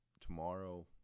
tomorrow